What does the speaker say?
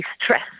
stress